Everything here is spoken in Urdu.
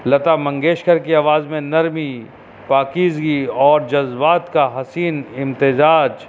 لتا منگیشکر کی آواز میں نرمی پاکیزگی اور جذبات کا حسین امتزاج